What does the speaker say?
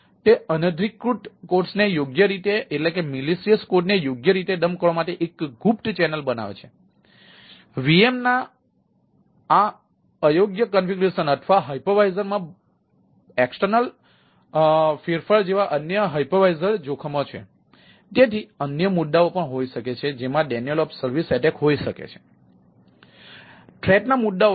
તે અનધિકૃત કોડ્સને યોગ્ય રીતે ડમ્પ કરવા માટે એક ગુપ્ત ચેનલ બનાવે છે VM ના અયોગ્ય કોન્ફિગ્યુરેશન એટેક હોઈ શકે છે